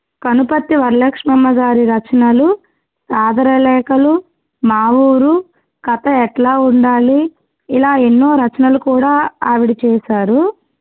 కనుపర్తి వరలక్ష్మమ్మ గారి రచనలు ఆదరలేఖలు మా ఊరు కథ ఎట్లా ఉండాలి ఇలా ఎన్నో రచనలు కూడా ఆవిడ చేశారు